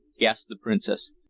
gasped the princess.